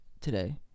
today